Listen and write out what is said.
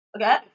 Okay